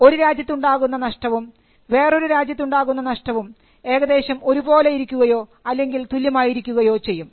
ഒരു രാജ്യത്ത് ഉണ്ടാകുന്ന നഷ്ടവും വേറൊരു രാജ്യത്ത് ഉണ്ടാകുന്ന നഷ്ടവും ഏകദേശം ഒരുപോലെ ഇരിക്കുകയോ അല്ലെങ്കിൽ തുല്യമായിരിക്കുകയോ ചെയ്യും